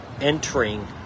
entering